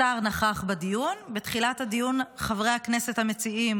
השר נכח בדיון, בתחילת הדיון חברי הכנסת המציעים